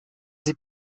sie